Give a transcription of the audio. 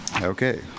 okay